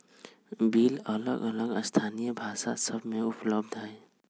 bill अलग अलग स्थानीय भाषा सभ में उपलब्ध हइ